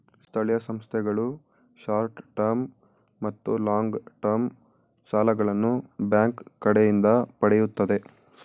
ಸ್ಥಳೀಯ ಸಂಸ್ಥೆಗಳು short term ಮತ್ತು ಲಾಂಗ್ ಟರ್ಮ್ ಸಾಲಗಳನ್ನು ಬ್ಯಾಂಕ್ ಕಡೆಯಿಂದ ಪಡೆಯುತ್ತದೆ